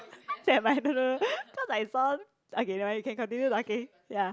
never mind no no no cause I saw okay never mind you can continue talking ya